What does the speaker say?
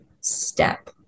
step